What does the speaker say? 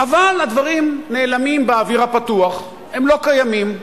אבל הדברים נעלמים באוויר הפתוח, הם לא קיימים.